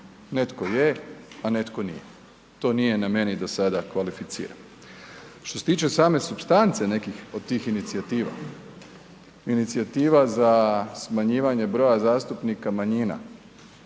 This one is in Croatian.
Netko je, a netko nije. To nije na meni da sada kvalificiram. Što se tiče same supstance nekih od tih inicijativa, inicijativa za smanjivanje broja zastupnika manjina,